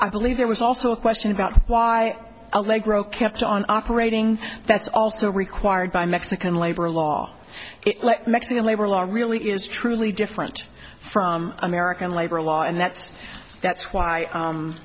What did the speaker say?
i believe there was also a question about why allegro kept on operating that's also required by mexican labor law mexican labor law really is truly different from american labor law and that's that's why